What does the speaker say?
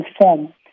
form